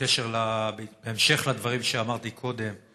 בהמשך לדברים שאמרתי קודם,